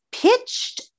Pitched